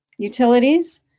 Utilities